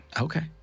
Okay